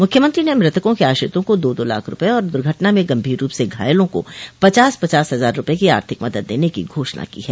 मुख्यमंत्री ने मृतकों के आश्रितों को दो दो लाख रूपये और दुर्घटना में गम्भीर रूप से घायलों को पचास पचास हजार रूपये की आर्थिक मदद देने की घोषणा की है